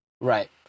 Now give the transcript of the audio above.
Right